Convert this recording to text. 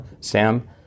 Sam